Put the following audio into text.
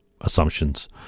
assumptions